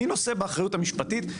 מי נושא באחריות המשפטית?